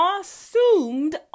assumed